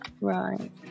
Right